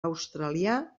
australià